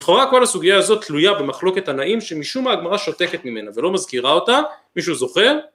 לכאורה כל הסוגיה הזאת תלויה במחלוקת תנאים שמשום מה הגמרא שותקת ממנה ולא מזכירה אותה. מישהו זוכר?